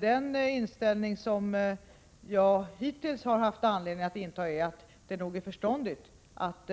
Den inställning som jag hittills haft anledning att inta är att det är nog förståndigt att